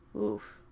Oof